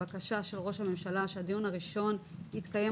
בקשה של ראש הממשלה שהדיון הראשון יתקיים